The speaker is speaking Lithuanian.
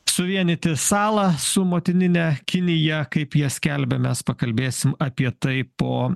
suvienyti salą su motinine kinija kaip jie skelbia mes pakalbėsim apie tai po